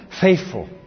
faithful